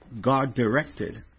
God-directed